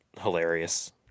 hilarious